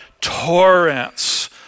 torrents